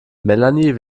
melanie